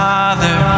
Father